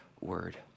word